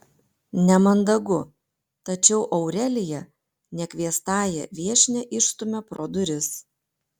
nemandagu tačiau aurelija nekviestąją viešnią išstumia pro duris